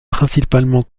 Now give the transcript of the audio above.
principalement